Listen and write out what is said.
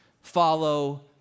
Follow